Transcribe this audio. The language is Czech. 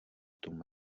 tom